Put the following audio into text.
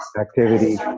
activity